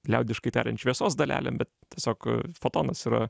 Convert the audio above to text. liaudiškai tariant šviesos dalelėm bet tiesiog fotonas yra